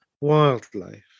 wildlife